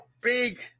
big